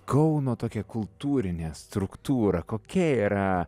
kauno tokią kultūrinę struktūrą kokia yra